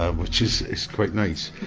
ah which is is quite nice.